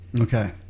Okay